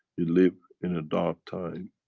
you live in a dark time,